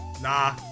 nah